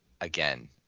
again